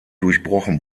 durchbrochen